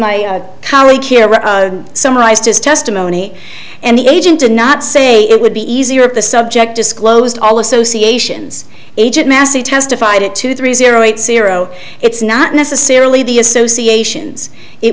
here summarized his testimony and the agent did not say it would be easier if the subject disclosed all associations agent massey testified at two three zero eight zero it's not necessarily the associations it